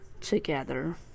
together